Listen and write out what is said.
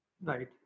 right